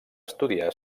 estudiar